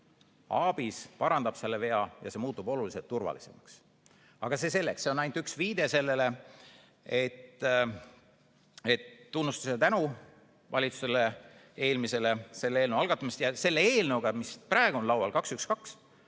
ABIS parandab selle vea ja see muutub oluliselt turvalisemaks. Aga see selleks, see on ainult üks viide sellele. Tunnustus ja tänu eelmisele valitsusele selle eelnõu algatamise eest! Selle eelnõuga 212, mis praegu on laual,